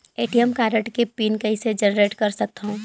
ATM card के PIN कइसे generate कर सकथव?